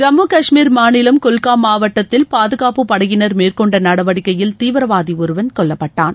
ஜம்மு கஷ்மீர் மாநிலம் குல்காம் மாவட்டத்தில் பாதுகாப்பு படையினர் மேற்கொண்ட நடவடிக்கையில் தீவிரவாதி ஒருவன் கொல்லப்பட்டான்